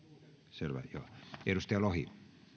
peruuttanut selvä edustaja lohi